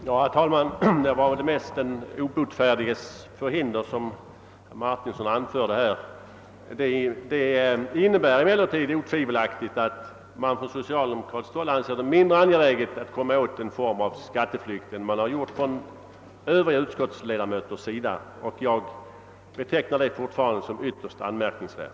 Herr talman! Det var väl mest den obotfärdiges förhinder som herr Martinsson anförde här. Detta innebär emellertid otvivelaktigt att man på socialdemokratiskt håll anser det mindre angeläget att komma åt en form av skatteflykt än övriga utskottsledamöter gör. Jag betecknar det fortfarande som ytterst anmärkningsvärt.